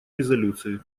резолюции